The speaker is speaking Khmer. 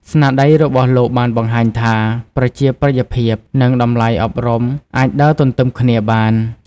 ស្នាដៃរបស់លោកបានបង្ហាញថា ប្រជាប្រិយភាព និងតម្លៃអប់រំអាចដើរទន្ទឹមគ្នាបាន។